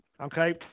Okay